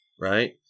right